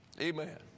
Amen